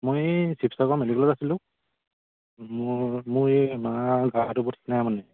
মই শিৱসাগৰ মেডিকেলত আছিলোঁ মোৰ মোৰ এই মাৰ গাটো বৰ ঠিক নাই মানে